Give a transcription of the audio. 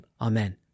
Amen